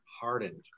hardened